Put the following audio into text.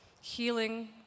healing